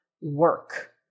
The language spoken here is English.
work